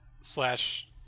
slash